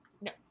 No